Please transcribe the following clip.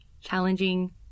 challenging